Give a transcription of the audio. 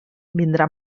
vindrà